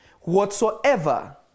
whatsoever